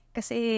Kasi